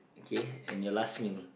okay and your last meal